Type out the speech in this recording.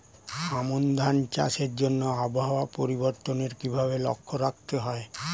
আমন ধান চাষের জন্য আবহাওয়া পরিবর্তনের কিভাবে লক্ষ্য রাখতে হয়?